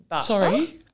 Sorry